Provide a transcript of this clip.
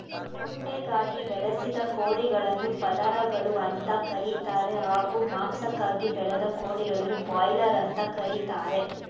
ಮೊಟ್ಟೆಗಾಗಿ ಬೆಳೆಸಿದ ಕೋಳಿಗಳನ್ನು ಪದರಗಳು ಅಂತ ಕರೀತಾರೆ ಹಾಗೂ ಮಾಂಸಕ್ಕಾಗಿ ಬೆಳೆದ ಕೋಳಿಗಳನ್ನು ಬ್ರಾಯ್ಲರ್ ಅಂತ ಕರೀತಾರೆ